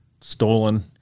stolen